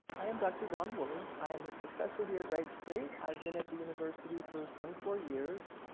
i am dr. dawn wooley, i am a professor here at wright state, i've been at the university for twenty four years,